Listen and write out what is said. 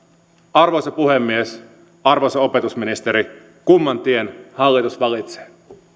arvoisa puhemies arvoisa opetusministeri kumman tien hallitus valitsee